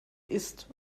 ist